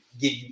give